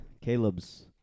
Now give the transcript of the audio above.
Caleb's